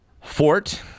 fort